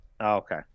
Okay